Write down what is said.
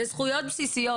זה זכויות בסיסיות,